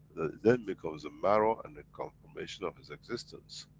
then becomes a marrow and the confirmation of his existence.